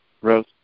Rose